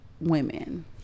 women